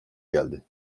geldi